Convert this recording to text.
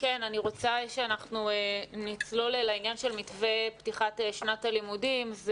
אני רוצה שאנחנו נצלול לעניין של מתווה פתיחת שנת הלימודים.